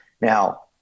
Now